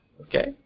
Okay